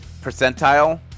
percentile